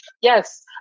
yes